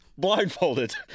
Blindfolded